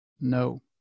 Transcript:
No